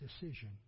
decision